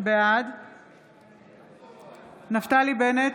בעד נפתלי בנט,